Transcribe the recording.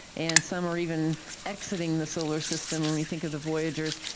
and some are even exiting the solar system when you think of the voyagers.